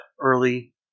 early